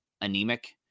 anemic